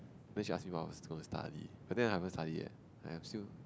then she ask me what I was going to study I think I haven't study yet I am still